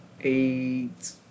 Eight